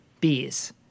bees